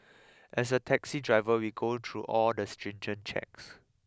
as a taxi driver we go through all the stringent checks